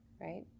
right